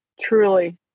Truly